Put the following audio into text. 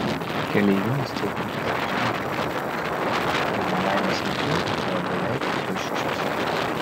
keleivinis traukinys važiavo į vroclavą ir nelaimės metu buvo beveik tuščias